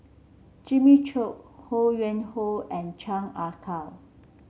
Jimmy Chok Ho Yuen Hoe and Chan Ah Kow